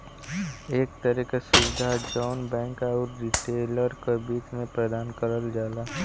एक तरे क सुविधा जौन बैंक आउर रिटेलर क बीच में प्रदान करल जाला